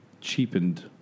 cheapened